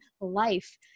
life